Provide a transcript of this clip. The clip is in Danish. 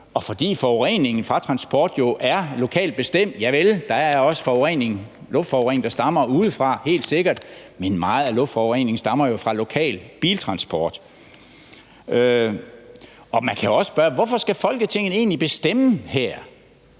selvstyre. Forureningen fra transporten er jo lokalt bestemt – javel, der er også luftforurening, der stammer udefra, helt sikkert, men meget af luftforureningen stammer jo fra lokal biltransport. Man kan også spørge, hvorfor Folketinget egentlig skal bestemme her.